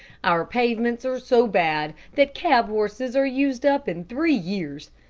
our pavements are so bad that cab horses are used up in three years.